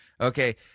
Okay